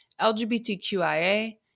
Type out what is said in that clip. LGBTQIA